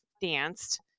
danced